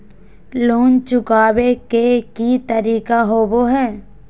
Loan चुकाबे के की तरीका होबो हइ?